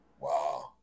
Wow